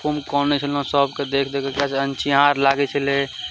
खूब कऽनै छलहुॅं सबके देख देखके अनचिन्हार लागै छलै